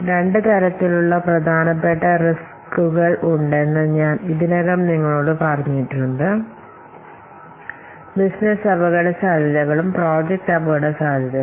രണ്ട് തരത്തിലുള്ള പ്രധാനപ്പെട്ട പ്രോജക്ടുകൾ ഉണ്ടെന്ന് ഞാൻ ഇതിനകം നിങ്ങളോട് പറഞ്ഞിട്ടുണ്ട് ബിസിനസ്സ് അപകടസാധ്യതകളും പ്രോജക്റ്റ് അപകടസാധ്യതകളും